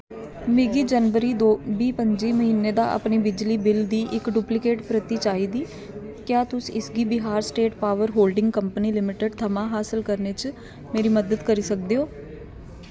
मिगी जनवरी बीह् पंजी म्हीने दा अपनी बिजली बिल दी इक डुप्लिकेट प्रति चाहिदी क्या तुस इसगी Bihar state power holding company limited थमां हासल करने च मेरी मदद करी सकदे ओ